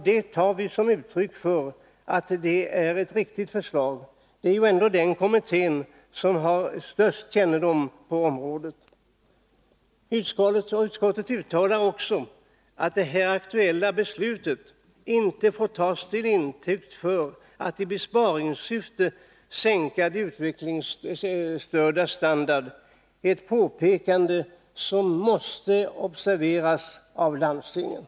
Det tar vi som ett uttryck för att det är ett riktigt förslag. Det är ju ändock den kommittén som har störst kännedom på området. Utskottet uttalar ”att det här aktuella beslutet inte får tas till intäkt för att i besparingssyfte sänka de utvecklingsstördas standard”. Det är ett påpekande som måste observeras av landstingen.